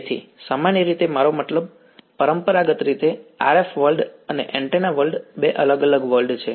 તેથી સામાન્ય રીતે મારો મતલબ પરંપરાગત રીતે RF વર્લ્ડ અને એન્ટેના વર્લ્ડ બે અલગ અલગ વર્લ્ડ છે